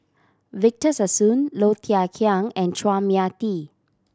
Victor Sassoon Low Thia Khiang and Chua Mia Tee